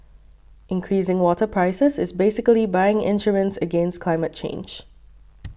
increasing water prices is basically buying insurance against climate change